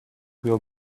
will